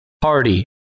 party